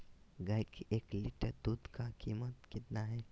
गाय के एक लीटर दूध का कीमत कितना है?